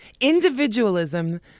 individualism